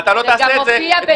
זה גם מופיע בגוגל.